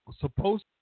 supposed